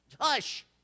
hush